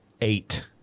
eight